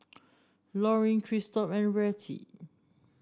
Lorin Christop and Rettie